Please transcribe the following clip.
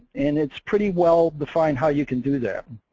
and it's pretty well defined how you can do that.